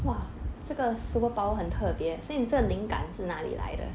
!wah! 这个 superpower 很特别 leh 所以你这个灵感是哪里来的